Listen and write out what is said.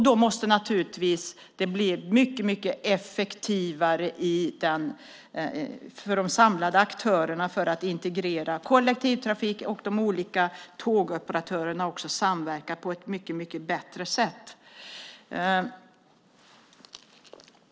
Då måste det naturligtvis bli mycket effektivare för de samlade aktörerna att integrera kollektivtrafiken och kunna se till att de olika tågoperatörerna samverkar på ett mycket bättre sätt.